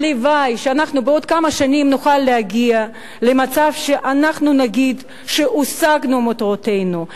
הלוואי שבעוד כמה שנים נוכל להגיע למצב שנגיד שהשגנו את מטרותינו,